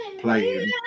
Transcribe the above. playing